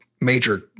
major